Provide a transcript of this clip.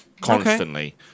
constantly